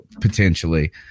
potentially